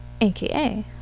aka